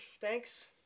Thanks